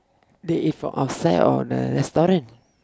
they eat from outside or the restaurant